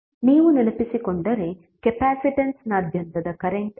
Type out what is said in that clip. ನೀವು ನೆನಪಿಸಿಕೊಂಡರೆ ಕೆಪಾಸಿಟನ್ಸ್ನಾದ್ಯಂತದ ಕರೆಂಟ್ ಏನು